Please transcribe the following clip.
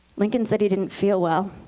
lincoln said he didn't feel well.